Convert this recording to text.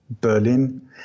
Berlin